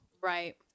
Right